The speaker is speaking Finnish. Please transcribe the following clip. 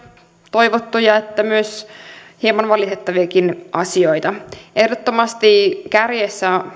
toivottuja että myös hieman valitettaviakin asioita ehdottomasti kärjessä